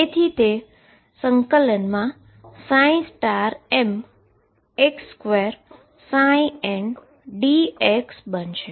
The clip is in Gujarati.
તેથી તે ∫mx2ndx બનશે